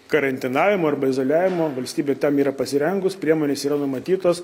karantinavimui arba izoliavimui valstybė tam yra pasirengus priemonės yra numatytos